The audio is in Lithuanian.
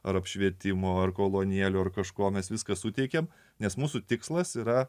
apšvietimo ar kolonėlių ar kažkuo mes viską suteikėme nes mūsų tikslas yra